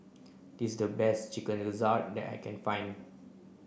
this is the best chicken gizzard that I can find